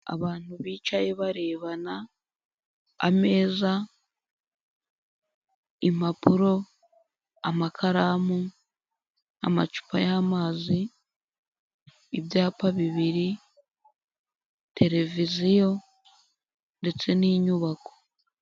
Abantu bicaye barebana, ameza, impapuro, amakaramu, amacupa y'amazi, ibyapa bibiri, televiziyo ndetse n'inyubako.